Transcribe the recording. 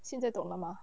现在懂了吗